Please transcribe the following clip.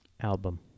Album